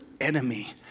enemy